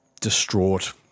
distraught